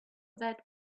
that